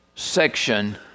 section